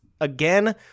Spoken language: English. again